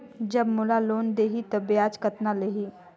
जब मोला लोन देही तो ब्याज कतना लेही?